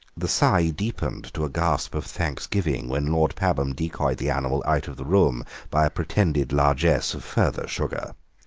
the sigh deepened to a gasp of thanks-giving when lord pabham decoyed the animal out of the room by a pretended largesse of further sugar.